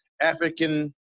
African